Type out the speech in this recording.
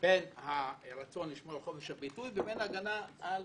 בין הרצון לשמור על חופש הביטוי לבין ההגנה על